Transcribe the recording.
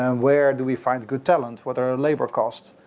um where do we find good talent? what are our labor costs?